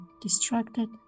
distracted